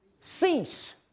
cease